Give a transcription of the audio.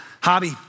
Hobby